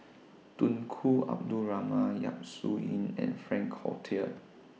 Tunku Abdul Rahman Yap Su Yin and Frank Cloutier